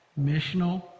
Missional